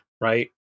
right